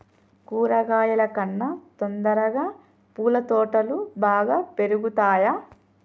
కూరగాయల కన్నా తొందరగా పూల తోటలు బాగా పెరుగుతయా?